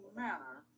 manner